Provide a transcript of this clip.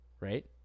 right